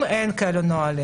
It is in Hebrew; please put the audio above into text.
אם אין נהלים כאלו,